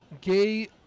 gay